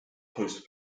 host